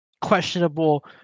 questionable